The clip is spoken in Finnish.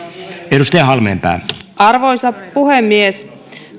arvoisa puhemies